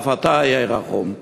אף אתה היה רחום.